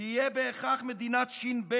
"תהיה בהכרח מדינת ש"ב,